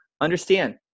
understand